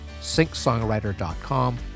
syncsongwriter.com